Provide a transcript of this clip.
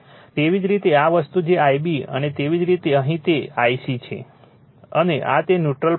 તેવી જ રીતે આ વસ્તુ માટે Ib અને તેવી જ રીતે અહીં માટે તે Ic છે અને આ તે ન્યુટ્રલ પોઇન્ટ N છે